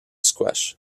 squash